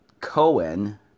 Cohen